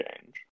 change